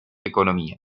economía